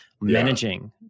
managing